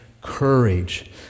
courage